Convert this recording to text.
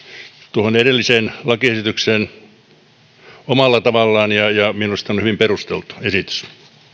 tuohon edelliseen lakiesitykseen omalla tavallaan ja ja minusta on hyvin perusteltu esitys